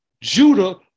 Judah